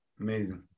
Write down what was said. Amazing